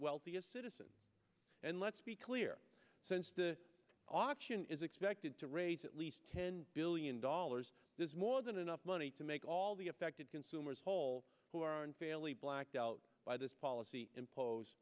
wealthiest citizens and let's be clear since the option is expected to raise at least ten billion dollars there's more than enough money to make all the affected consumers whole who are unfairly blacked out by this policy impose